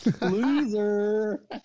Loser